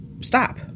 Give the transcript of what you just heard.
stop